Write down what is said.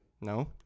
No